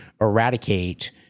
eradicate